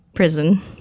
Prison